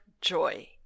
joy